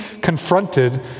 confronted